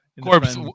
Corpse